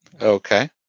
Okay